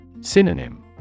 Synonym